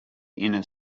inner